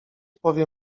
powie